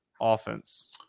offense